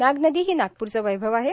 नाग नदी ही नागप्रचे वैभव आहे